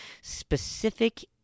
specific